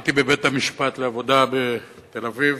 הייתי בבית-המשפט לעבודה בתל-אביב,